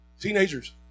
teenagers